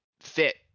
fit